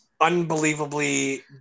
unbelievably